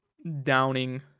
downing